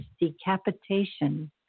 Decapitation